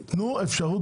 תנו אפשרות